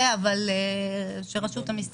היום 15 בנובמבר 2021, י"א בכסלו התשפ"ב.